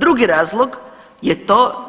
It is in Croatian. Drugi razlog je to